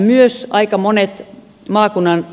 myös aika monet maakunnan